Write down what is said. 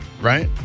right